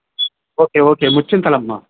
okay okay ముచ్చింతలమ్మా